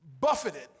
buffeted